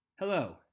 Hello